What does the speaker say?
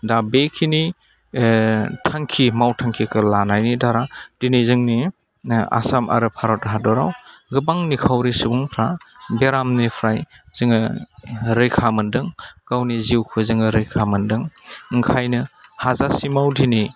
दा बेखिनि थांखि मावथांखिखौ लानायनि धारा दिनै जोंनि आसाम आरो भारत हादराव गोबां निखावरि सुबुंफ्रा बेरामनिफ्राय जोङो रैखा मोनदों गावनि जिउखौ जोङो रैखा मोनदों ओंखायनो हाजासिमाव दिनै